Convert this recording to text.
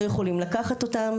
לא יכולים לקחת אותם,